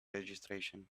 registration